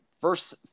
First